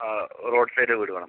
ആ road side വീട് വേണം